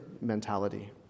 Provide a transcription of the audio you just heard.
mentality